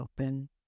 open